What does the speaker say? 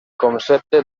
concepte